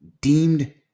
deemed